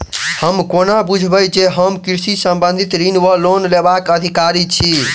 हम कोना बुझबै जे हम कृषि संबंधित ऋण वा लोन लेबाक अधिकारी छी?